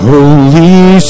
Holy